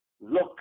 look